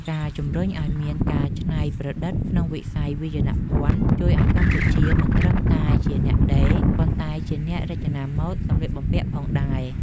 ការជំរុញឱ្យមានការច្នៃប្រឌិតក្នុងវិស័យវាយនភណ្ឌជួយឱ្យកម្ពុជាមិនត្រឹមតែជាអ្នកដេរ ប៉ុន្តែជាអ្នករចនាម៉ូដសម្លៀកបំពាក់ផងដែរ។